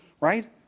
right